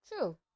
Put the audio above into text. True